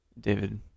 David